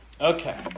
Okay